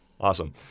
Awesome